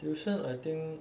tuition I think